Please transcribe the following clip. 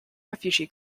refugee